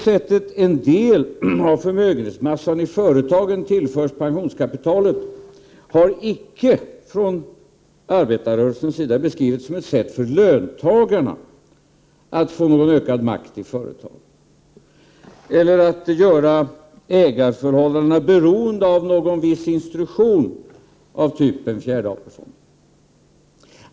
Att en del av förmögenhetsmassan: företagen på det sättet tillförs pensionskapitalet har icke från arbetarrörelsens sida beskrivits som ett sätt för löntagarna att få ökad makt i företagen eller att göra ägarförhållandena beroende av en viss instruktion av samma typ som den för fjärde AP-fonden.